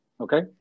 Okay